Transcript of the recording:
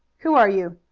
who are you?